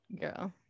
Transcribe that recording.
Girl